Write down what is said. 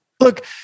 Look